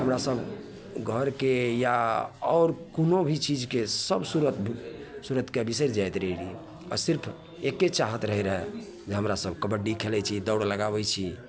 हमरासभ घरके या आओर कोनो भी चीजके सब सूरत भी सूरतके बिसरि जाइत रहै रहिए आओर सिर्फ एक्के चाहत रहै रहै जे हमरासभ कबड्डी खेलै छी दौड़ लगाबै छी